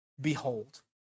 behold